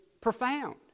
profound